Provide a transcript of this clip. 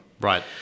Right